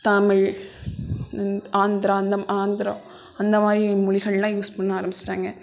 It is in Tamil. தமிழ் ஆந்திரா அந்த ஆந்திரா அந்த மாதிரி மொழிகளெலாம் யூஸ் பண்ண ஆரம்பிச்சுட்டாங்க